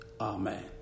Amen